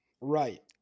Right